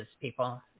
people